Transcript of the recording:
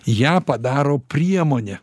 ją padaro priemone